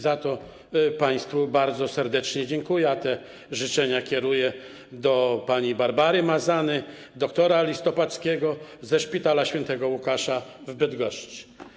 Za to państwu bardzo serdecznie dziękuję, a te życzenia kieruję do pani Barbary Mazany i dr. Listopadzkiego ze Szpitala Świętego Łukasza w Bydgoszczy.